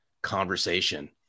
conversation